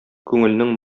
күңелнең